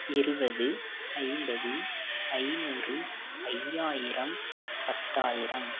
இருபது ஐம்பது ஐந்நூறு ஐயாயிரம் பத்தாயிரம்